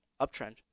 uptrend